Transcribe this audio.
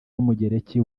w’umugereki